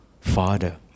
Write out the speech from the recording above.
Father